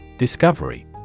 Discovery